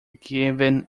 given